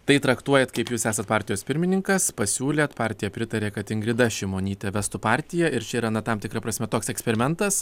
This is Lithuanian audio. tai traktuojat kaip jūs esat partijos pirmininkas pasiūlėt partija pritarė kad ingrida šimonytė vestų partiją ir čia yra na tam tikra prasme toks eksperimentas